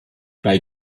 bei